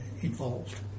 involved